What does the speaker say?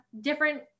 different